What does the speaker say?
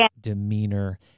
demeanor